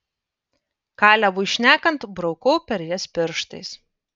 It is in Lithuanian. kalebui šnekant braukau per jas pirštais